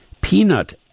peanut